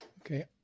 Okay